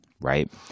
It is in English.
Right